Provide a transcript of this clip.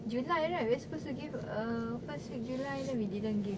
july right we're supposed to give uh first week july then we didn't give